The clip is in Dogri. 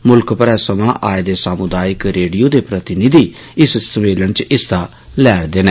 मुल्ख मरै सवां आए दे सामुदायिक रेडियो दे प्रतिनिधि इस सम्मेलन च हिस्सा लै'रदे न